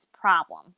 problem